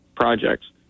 Projects